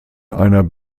einer